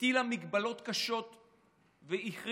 הטילה הגבלות קשות והחריגה,